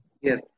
Yes